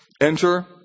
Enter